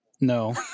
No